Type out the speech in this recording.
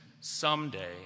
someday